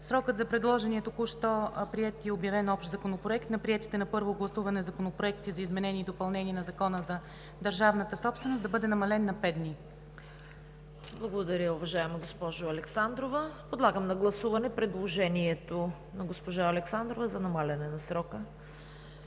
срокът за предложения на току-що приет и обявен Общ законопроект на приетите на първо гласуване законопроекти за изменение и допълнение на Закона за държавната собственост да бъде намален на пет дни. ПРЕДСЕДАТЕЛ ЦВЕТА КАРАЯНЧЕВА: Благодаря, уважаема госпожо Александрова. Подлагам на гласуване предложението на госпожа Александрова за намаляване на срока